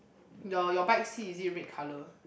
the your bike seat is it red colour